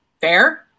fair